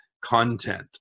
Content